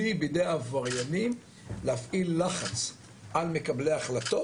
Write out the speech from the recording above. כלי בידי עבריינים להפעיל לחץ על מקבלי החלטות,